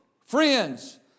friends